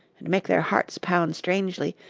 and make their hearts pound strangely,